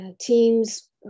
Teams